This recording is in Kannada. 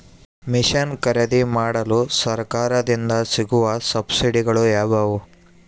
ಮಿಷನ್ ಖರೇದಿಮಾಡಲು ಸರಕಾರದಿಂದ ಸಿಗುವ ಸಬ್ಸಿಡಿಗಳು ಯಾವುವು?